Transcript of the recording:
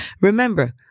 Remember